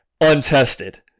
untested